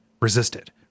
resisted